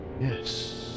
yes